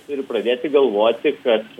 turi pradėti galvoti kad